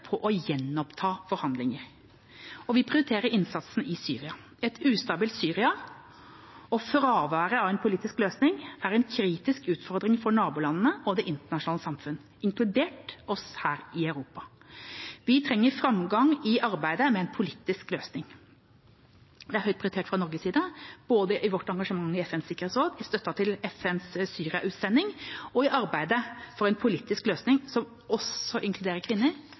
på å gjenoppta forhandlinger. Vi prioriterer innsatsen i Syria. Et ustabilt Syria og fraværet av en politisk løsning er en kritisk utfordring for nabolandene og det internasjonale samfunn, inkludert oss her i Europa. Vi trenger framgang i arbeidet med en politisk løsning. Dette er høyt prioritert fra Norges side, både i vårt engasjement i FNs sikkerhetsråd, i støtten til FNs Syria-utsending og i arbeidet for en politisk løsning som også inkluderer kvinner